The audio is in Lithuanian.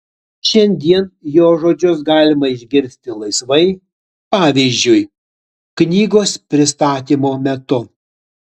šiandien jo žodžius galima išgirsti laisvai pavyzdžiui knygos pristatymo metu